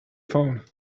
phone